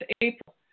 April